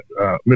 Mr